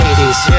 80s